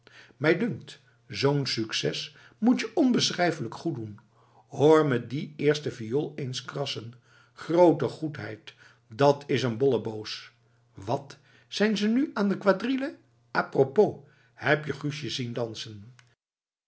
mij dunkt zoo'n succes moet je onbeschrijfelijk goeddoen hoor me die eerste viool eens krassen groote goedheid dat's een bolleboos wat zijn ze nu al aan de quadrille a propos heb je guusje zien dansen